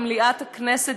במליאת הכנסת,